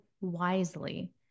Wisely